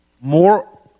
more